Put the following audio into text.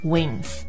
Wings